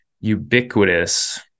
ubiquitous